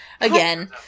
again